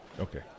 Okay